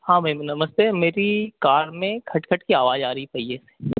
हाँ मेम नमस्ते मेरी कार में खटपट की आवाज आ रही तै ये